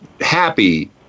happy